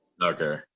Okay